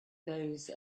those